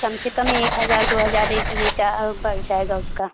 कम से कम एक हजार दो हजार रिचा और बढ़ जाएगा उसका